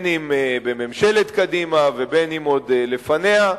אם בממשלת קדימה ואם עוד לפניה,